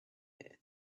here